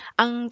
ang